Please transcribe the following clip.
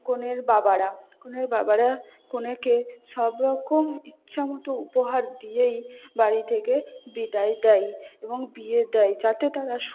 কনের বাবারা কনের বাবারা কনেকে সব রকম ইচ্ছামতো উপহার দিয়েই বাড়ি থেকে বিদায় দেয় এবং বিয়ে দেয় যাতে তারা